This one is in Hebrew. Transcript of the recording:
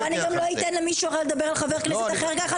ואני גם לא אתן למישהו אחר לדבר על חבר כנסת אחר ככה,